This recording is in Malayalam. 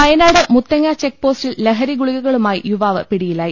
വയനാട് മുത്തങ്ങ ചെക്പോസ്റ്റിൽ ലഹരി ഗുളികകളുമായി യുവാവ് പിടിയിലായി